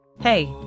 Hey